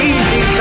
Easy